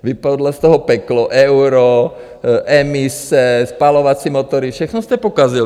Vypadlo z toho peklo euro, emise, spalovací motory, všechno jste pokazili.